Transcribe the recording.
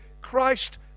Christ